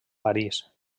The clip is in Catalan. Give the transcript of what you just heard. parís